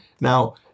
now